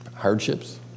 Hardships